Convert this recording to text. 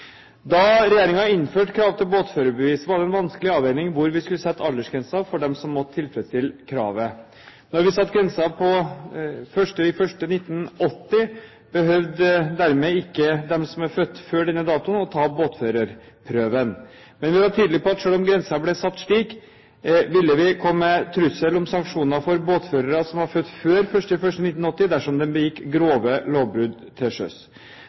Da regjeringen innførte krav til båtførerbevis, var det en vanskelig avveining hvor vi skulle sette aldersgrensen for dem som måtte tilfredsstille kravet. Når vi satte grensen til 1. januar 1980, behøver ikke de som er født før denne datoen, å ta båtførerprøven, men vi var tydelige på at selv om grensen ble satt slik, vil vi komme med trussel om sanksjoner for båtførere som er født før 1. januar 1980 dersom de begår grove lovbrudd til sjøs.